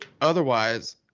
otherwise